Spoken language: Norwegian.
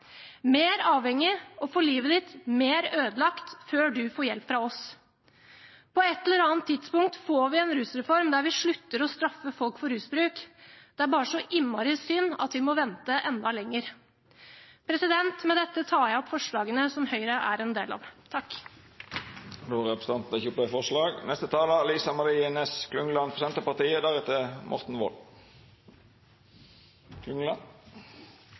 mer avhengig og få livet ditt mer ødelagt før du får hjelp fra oss. På et eller annet tidspunkt får vi en rusreform der vi slutter å straffe folk for rusbruk. Det er bare så innmari synd at vi må vente enda lenger. Med dette tar jeg opp forslagene som Høyre er en del av. Då har representanten Sandra Bruflot teke opp dei forslaga ho refererte til. Eg er glad for